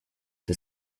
the